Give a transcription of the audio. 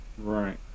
right